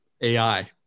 AI